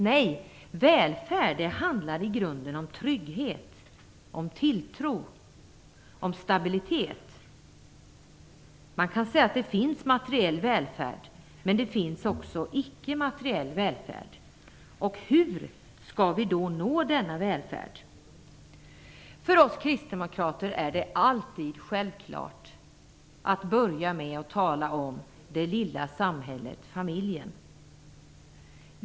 Nej, välfärd handlar i grunden om trygghet, om tilltro och om stabilitet. Man kan säga att det finns materiell välfärd men att det också finns ickemateriell välfärd. Hur skall vi då nå denna välfärd? För oss kristdemokrater är det alltid självklart att börja med att tala om det lilla samhället, familjen.